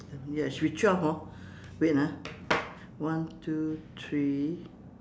ya it should be twelve hor wait ah one two three